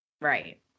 Right